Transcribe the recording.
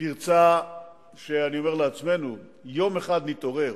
פרצה שאני אומר לעצמנו שיום אחד נתעורר